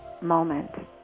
moment